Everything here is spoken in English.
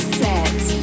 set